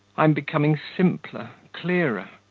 i am becoming simpler, clearer.